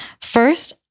First